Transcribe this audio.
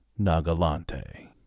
Nagalante